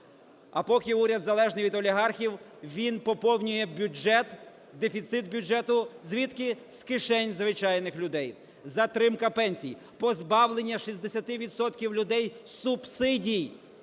А поки уряд залежний від олігархів, він поповнює бюджет, дефіцит бюджету звідки? З кишень звичайних людей. Затримка пенсій, позбавлення 60 відсотків людей субсидій,